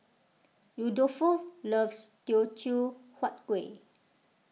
Rudolfo loves Teochew Huat Kuih